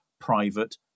private